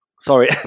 Sorry